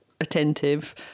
attentive